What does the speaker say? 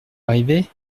arrivé